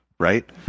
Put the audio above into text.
right